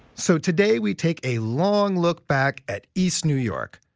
so today we take a long look back at east new york,